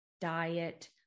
diet